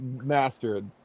mastered